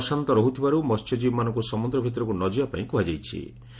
ସମୁଦ୍ର ଅଶାନ୍ତ ରହୁଥିବାରୁ ମହ୍ୟଜୀବୀମାନଙ୍କୁ ସମୁଦ୍ର ଭିତରକୁ ନଯିବା ପାଇଁ କୁହାଯାଇଛି